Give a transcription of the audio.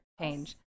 change